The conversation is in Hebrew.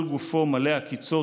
כל גופו מלא עקיצות,